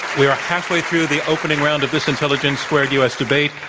we are halfway through the opening round of this intelligence squared us debate.